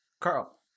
Carl